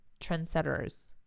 trendsetters